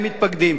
הם מתפקדים,